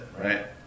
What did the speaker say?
right